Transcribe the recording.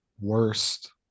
worst